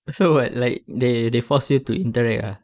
so what like they they force you to interact ah